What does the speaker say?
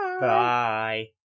Bye